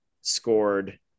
scored